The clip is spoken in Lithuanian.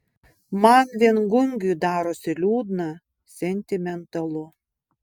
man viengungiui darosi liūdna sentimentalu